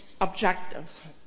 objective